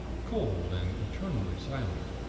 cold, and eternally silent.